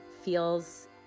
feels